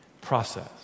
process